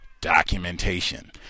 documentation